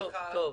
בסדר.